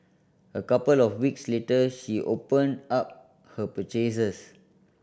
a couple of weeks later she opened up her purchases